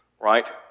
right